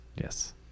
Yes